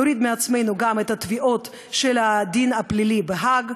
נוריד מעצמנו גם את התביעות בבית-הדין הפלילי בהאג,